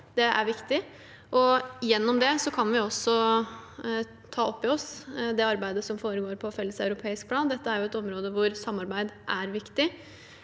Det er viktig, og gjennom det kan vi også ta opp i oss det arbeidet som foregår på det felleseuropeiske planet. Dette er et område hvor samarbeid er viktig,